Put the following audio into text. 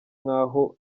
nk’aho